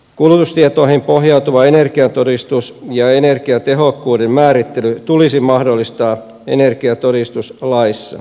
kulutustietoihin pohjautuva energiatodistus ja energiatehokkuuden määrittely tulisi mahdollistaa energiatodistuslaissa